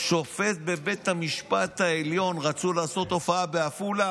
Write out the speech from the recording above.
רצו לעשות הופעה בעפולה,